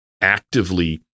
actively